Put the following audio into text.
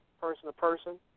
person-to-person